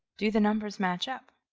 do the numbers match up?